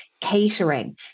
catering